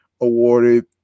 awarded